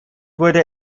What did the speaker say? wurde